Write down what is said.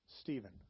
Stephen